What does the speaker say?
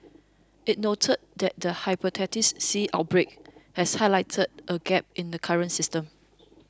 it noted that the Hepatitis C outbreak has highlighted a gap in the current system